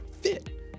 fit